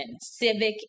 civic